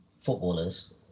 footballers